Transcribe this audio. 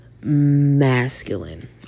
masculine